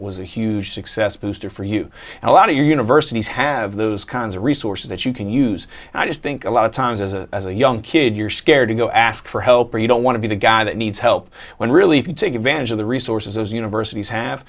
was a huge success booster for you and a lot of universities have those kinds of resources that you can use and i just think a lot of times as a as a young kid you're scared to go ask for help or you don't want to be the guy that needs help when really if you take advantage of the resources those universities ha